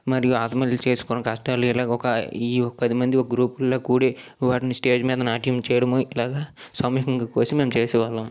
మరియు ఆత్మాలు చేస్కున్న కష్టాలు ఇలాగ ఒక ఈ పది మంది ఒక గ్రూపుల్లా కూడి వారిని స్టేజి మీద నాట్యం చేయడము ఇట్లాగా సమయం కొద్దీ మేము చేసేవాళ్ళం